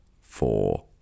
four